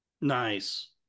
Nice